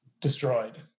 destroyed